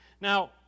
Now